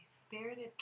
spirited